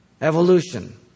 Evolution